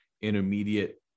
intermediate